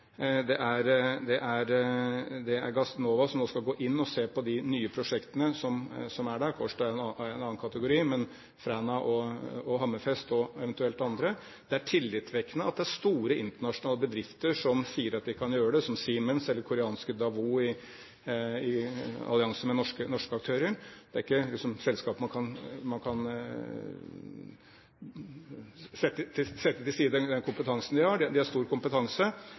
Det er Gassnova som nå skal gå inn og se på de nye prosjektene som er der – Kårstø er i en annen kategori, men Fræna og Hammerfest og eventuelt andre. Det er tillitvekkende at det er store internasjonale bedrifter som sier at de kan gjøre det, som Siemens eller koreanske Daewoo, i allianse med norske aktører. Det er ikke selskaper der man kan sette til side den kompetansen de har, de har stor kompetanse.